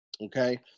okay